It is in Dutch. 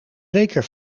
zeker